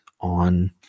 on